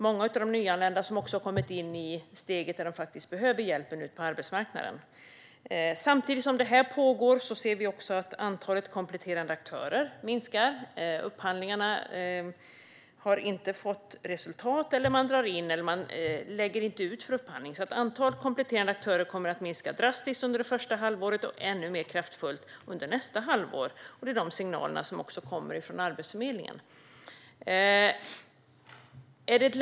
Många av de nyanlända har kommit till det steg då de behöver hjälp ut på arbetsmarknaden. Samtidigt som detta pågår ser vi att antalet kompletterande aktörer minskar. Upphandlingarna har inte fått resultat. Man drar in eller lägger inte ut arbete för upphandling. Antalet kompletterande aktörer kommer därför att minska drastiskt under det första halvåret och ännu mer kraftfullt under nästa halvår. Det är de signaler som också kommer från Arbetsförmedlingen.